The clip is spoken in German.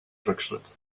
rückschritt